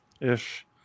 ish